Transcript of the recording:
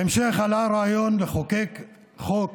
בהמשך עלה הרעיון לחוקק חוק